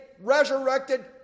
resurrected